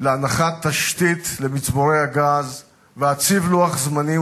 להנחת תשתית למצבורי הגז ואציב לוח זמנים,